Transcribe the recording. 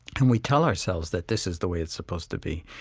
and we tell ourselves that this is the way it's supposed to be.